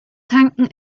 tanken